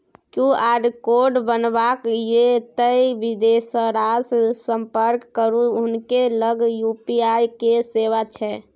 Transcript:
QR code बनेबाक यै तए बिदेसरासँ संपर्क करू हुनके लग यू.पी.आई के सेवा छै